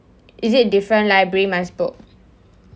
is it different library